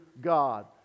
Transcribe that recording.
God